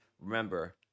Remember